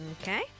Okay